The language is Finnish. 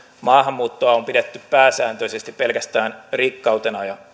maahanmuuttoa on pidetty pääsääntöisesti pelkästään rikkautena ja